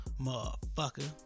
Motherfucker